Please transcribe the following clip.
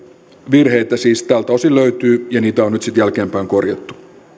virheitä siis tältä osin löytyy ja niitä on sitten jälkeenpäin korjattu